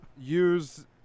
use